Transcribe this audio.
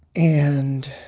and